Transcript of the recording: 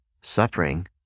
Suffering